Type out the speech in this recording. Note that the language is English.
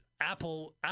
Apple